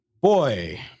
Boy